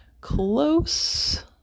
close